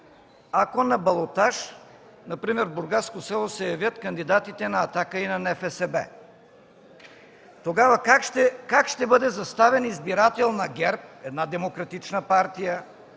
ако на балотаж например в бургаско село се явят кандидатите на „Атака“ и на НФСБ, тогава как ще бъде заставен избирател на ГЕРБ – една демократична партия,